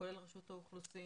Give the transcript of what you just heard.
כולל רשות האוכלוסין,